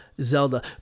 Zelda